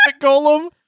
golem